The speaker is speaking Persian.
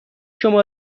شما